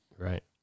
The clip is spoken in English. Right